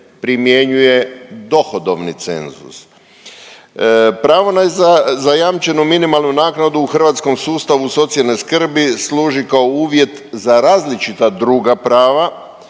primjenjuje dohodovni cenzus. Pravo na zajamčenu minimalnu naknadu u hrvatskom sustavu socijalne skrbi služi kao uvjet za različita druga prava,